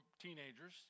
teenagers